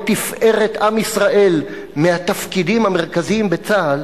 תפארת עם ישראל מהתפקידים המרכזיים בצה"ל,